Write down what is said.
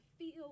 Feel